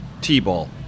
t-ball